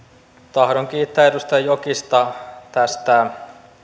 tahdon kiittää edustaja jokista tästä